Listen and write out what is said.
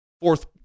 Fourth